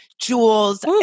jewels